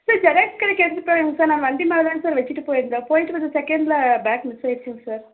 sir xerox கடைக்கு எடுத்துகிட்டு போகலங்க சார் நான் வண்டி மேலே தாங்க சார் வச்சிவிட்டுப் போயிருந்தேன் போயிட்டு வந்த செகண்ட்டில் பேக் மிஸ் ஆயிருச்சிங்க சார்